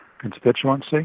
constituency